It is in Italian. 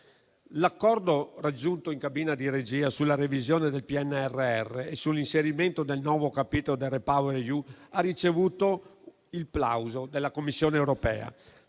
L'accordo raggiunto in cabina di regia sulla revisione del PNRR e sull'inserimento del nuovo capitolo del REPowerEU ha ricevuto il plauso della Commissione europea.